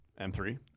M3